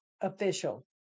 official